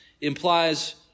implies